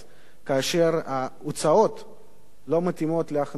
כאשר ההוצאות לא מתאימות להכנסות.